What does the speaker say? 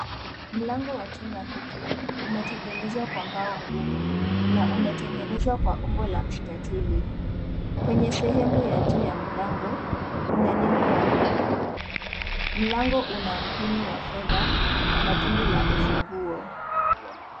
Mlango wa chumba hiki umetengenezwa kwa mbao ngumu na umetengenezwa kwa umbo la msitatili, kwenye sehemu ya juu ya mlango kuna nembo ya neno, mlango una mpini wa fedha na tundu la ufunguo.